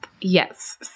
yes